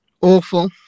Awful